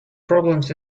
problems